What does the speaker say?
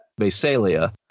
Basalia